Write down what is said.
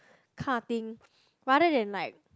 kind of thing rather than like